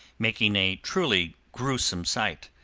making a truly gruesome sight.